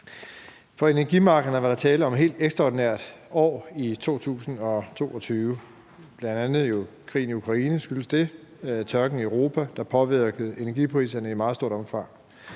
På energimarkederne var der tale om et helt ekstraordinært år i 2022. Det skyldes bl.a krigen i Ukraine og tørken i Europa, der påvirkede energipriserne i et meget stort omfang.